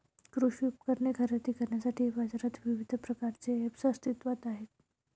कृषी उपकरणे खरेदी करण्यासाठी बाजारात विविध प्रकारचे ऐप्स अस्तित्त्वात आहेत